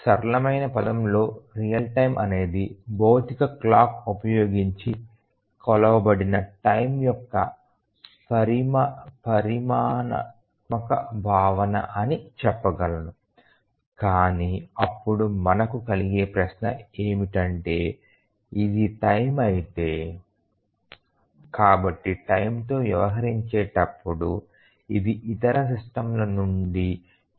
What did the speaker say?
సరళమైన పదం లో రియల్ టైమ్ అనేది భౌతిక క్లాక్ ఉపయోగించి కొలవబడిన టైమ్ యొక్క పరిమాణాత్మక భావన అని చెప్పగలను కాని అప్పుడు మనకు కలిగే ప్రశ్న ఏమిటంటే ఇది టైమ్ అయితే కాబట్టి టైమ్ తో వ్యవహరించేటప్పుడు ఇది ఇతర సిస్టమ్ ల నుండి ఎలా భిన్నంగా ఉంటుంది